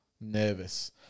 nervous